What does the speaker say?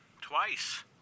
twice